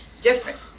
different